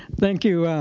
thank you.